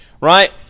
right